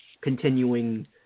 continuing